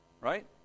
Right